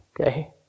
Okay